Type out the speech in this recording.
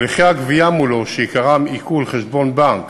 הליכי הגבייה מולו, שעיקרם עיקול חשבון בנק,